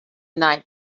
night